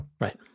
Right